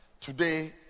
Today